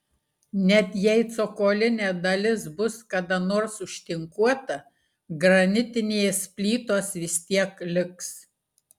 net jei cokolinė dalis bus kada nors užtinkuota granitinės plytos vis tiek liks